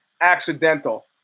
accidental